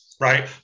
right